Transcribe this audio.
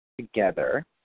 together